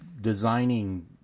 designing